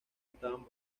estaban